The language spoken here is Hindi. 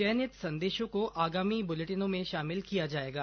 चयनित संदेशों को आगामी बुलेटिनों में शामिल किया जाएगा